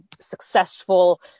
successful